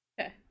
Okay